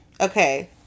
okay